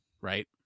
right